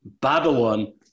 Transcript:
Babylon